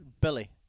Billy